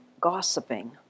gossiping